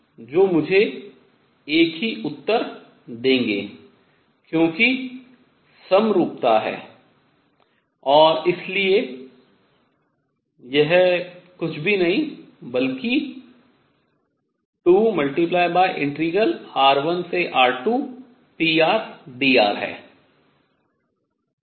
जो मुझे एक ही उत्तर देंगें क्योंकि समरूपता है और इसलिए यह कुछ भी नहीं बल्कि 2r1r2prdr है